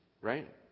right